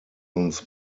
uns